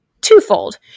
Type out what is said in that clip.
twofold